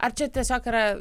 ar čia tiesiog yra